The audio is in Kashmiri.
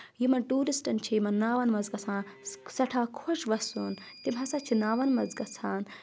یِمن ٹوٗرِسٹَن چھِ یِمَن ناوَن منٛز گژھان سؠٹھاہ خۄش وَسُن تِم ہَسا چھِ ناوَن منٛز گژھان